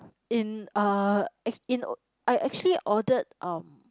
in uh ac~ in I actually ordered um